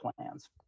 plans